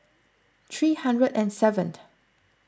three hundred and seventh